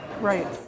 Right